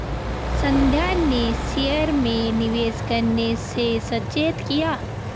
संध्या ने शेयर में निवेश करने से सचेत किया